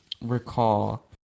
recall